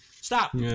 stop